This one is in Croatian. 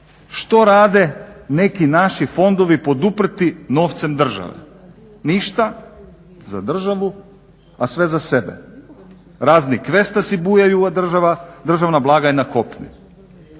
što rade neki naši fondovi poduprti novcem države, ništa za državu a sve za sebe. Razni kvestasi bujaju a državna blagajna kopne.